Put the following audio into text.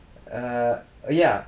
err oh ya